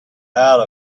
out